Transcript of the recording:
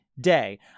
day